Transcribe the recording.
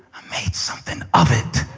made something of it.